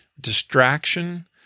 distraction